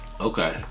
Okay